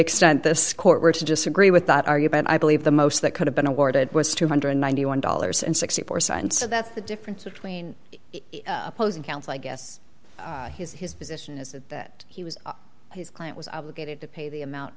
extent this court were to disagree with that argument i believe the most that could have been awarded was two hundred and ninety one dollars and sixty four dollars signed so that's the difference between opposing counsel i guess his his position is that he was his client was obligated to pay the amount